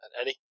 Eddie